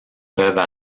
peuvent